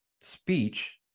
speech